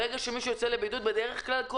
ברגע שמישהו יוצא לבידוד בדרך כלל כל